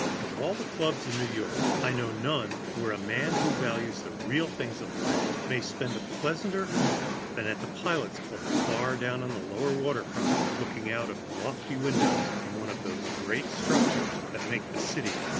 of all the clubs in new york, i know none where a man who values the real things of life may spend a pleasanter hour than at the pilots' club, far down on the lower water-front, looking out of lofty windows in one of those great structures that make the city,